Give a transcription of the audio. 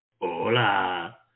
Hola